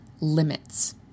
limits